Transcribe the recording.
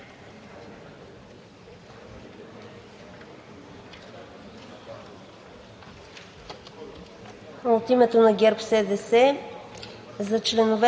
От името на ГЕРБ-СДС